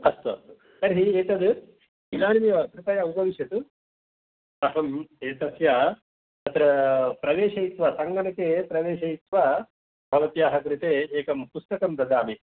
अस्तु अस्तु तर्हि एतत् इदानीमेव कृपया उपविश्यतु अहम् एतस्य तत्र प्रवेशयित्वा सङ्गणके प्रवेशयित्वा भवत्याः कृते एकं पुस्तकं ददामि